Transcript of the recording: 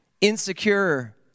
insecure